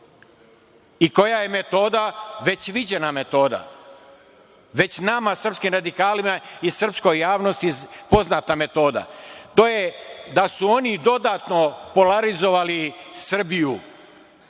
koja je metoda već viđena metoda, već nama srpskim radikalima i srpskoj javnosti poznata metoda, to je da su oni dodatno polarizovali Srbiju,